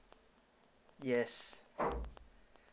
yes